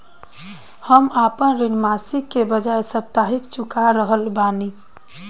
हम आपन ऋण मासिक के बजाय साप्ताहिक चुका रहल बानी